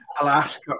Alaska